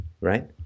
right